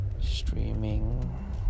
Streaming